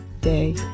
day